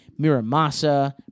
Miramasa